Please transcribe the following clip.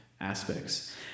aspects